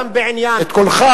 את קולך,